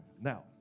Now